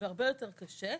והרבה יותר קשה.